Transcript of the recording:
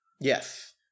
Yes